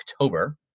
October